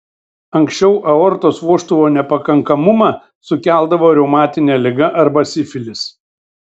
anksčiau aortos vožtuvo nepakankamumą sukeldavo reumatinė liga arba sifilis